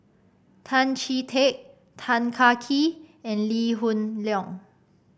Tan Chee Teck Tan Kah Kee and Lee Hoon Leong